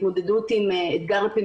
מאוד